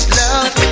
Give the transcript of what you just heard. love